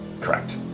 Correct